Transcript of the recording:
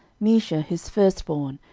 mesha his firstborn,